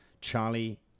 Charlie